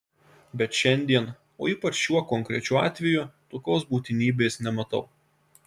bet šiandien o ypač šiuo konkrečiu atveju tokios būtinybės nematau